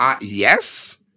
Yes